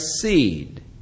seed